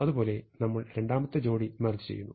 അതുപോലെ നമ്മൾ രണ്ടാമത്തെ ജോഡി മെർജ് ചെയ്യുന്നു